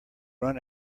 run